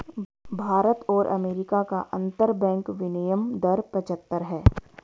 भारत और अमेरिका का अंतरबैंक विनियम दर पचहत्तर है